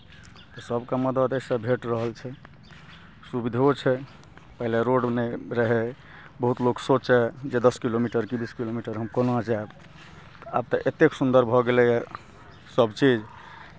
तऽ सभकेँ मदति एहिसँ भेट रहल छै सुविधो छै पहिले रोड नहि रहै बहुत लोक सोचय कि दस किलोमीटर कि बीस किलोमीटर हम कोना जायब आब तऽ एतेक सुन्दर भऽ गेलैए सभचीज